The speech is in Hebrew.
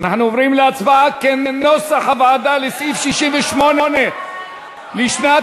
אנחנו עוברים להצבעה על סעיף 68, לשנת